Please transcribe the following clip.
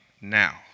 now